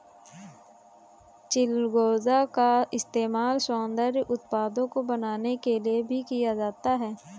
चिलगोजा का इस्तेमाल सौन्दर्य उत्पादों को बनाने के लिए भी किया जाता है